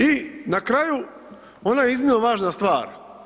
I na kraju, ona je iznimno važna stvar.